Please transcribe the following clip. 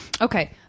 Okay